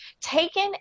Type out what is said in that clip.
taken